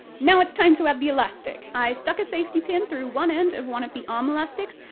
now it's time to add the elastic! i stuck a safety pin through one end of one of the arm elastics,